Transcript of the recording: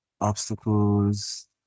obstacles